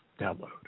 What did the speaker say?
download